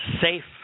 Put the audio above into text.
safe